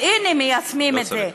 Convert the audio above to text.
אז הנה, מיישמים את זה.